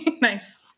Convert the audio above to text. nice